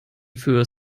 für